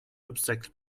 obstacle